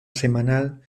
semanal